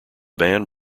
band